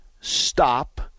stop